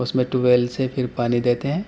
اس میں tube well سے پھر پانی دیتے ہیں